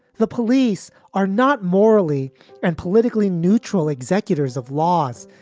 the police are not morally and politically neutral executors of laws,